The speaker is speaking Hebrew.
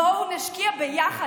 בואו נשקיע ביחד.